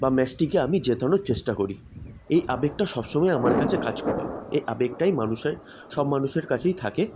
বা ম্যাচটিকে আমি জেতানোর চেষ্টা করি এই আবেগটা সব সমায়ই আমার কাছে কাজ করে এই আবেগটাই মানুষের সব মানুষের কাছেই থাকে